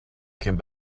came